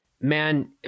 Man